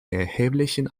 erheblichen